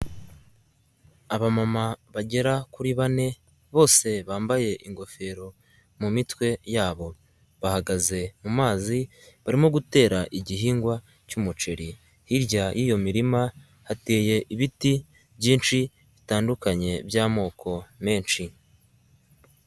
Abamama bagera kuri bane bose bambaye ingofero mu mitwe yabo. Bahagaze mu mazi barimo gutera igihingwa cy'umuceri .Hirya y'iyo mirima hateye ibiti byinshi bitandukanye by'amoko menshi.